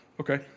Okay